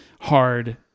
hard